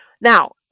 Now